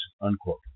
unquote